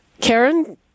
Karen